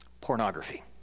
pornography